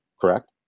correct